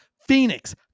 Phoenix